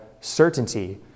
certainty